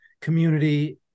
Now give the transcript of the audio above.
community